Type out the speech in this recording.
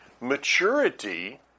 maturity